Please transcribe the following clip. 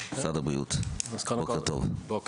משרד הבריאות, בוקר טוב.